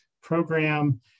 program